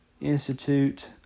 institute